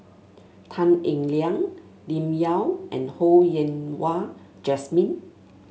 Tan Eng Liang Lim Yau and Ho Yen Wah Jesmine